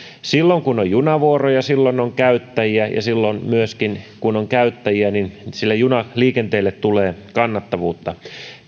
silloin kun on junavuoroja silloin on käyttäjiä ja silloin myöskin kun on käyttäjiä sille junaliikenteelle tulee kannattavuutta